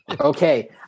Okay